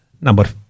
number